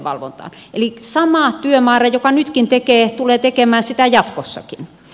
eli sama työmäärä joka nytkin tekee tulee tekemään sitä jatkossakin